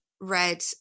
read